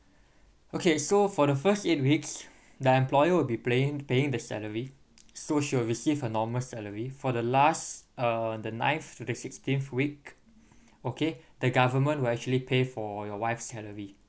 okay so for the first eight weeks the employer will be playing paying the salary so she'll receive her normal salary for the last uh on the ninth to the sixteenth week okay the government will actually pay for your wife's salary